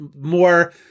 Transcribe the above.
more